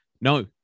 No